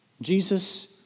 Jesus